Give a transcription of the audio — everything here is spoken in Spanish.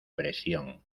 presión